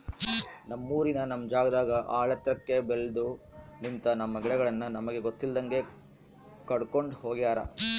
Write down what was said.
ನಮ್ಮೂರಿನ ನಮ್ ಜಾಗದಾಗ ಆಳೆತ್ರಕ್ಕೆ ಬೆಲ್ದು ನಿಂತ, ನಮ್ಮ ಗಿಡಗಳನ್ನು ನಮಗೆ ಗೊತ್ತಿಲ್ದಂಗೆ ಕಡ್ಕೊಂಡ್ ಹೋಗ್ಯಾರ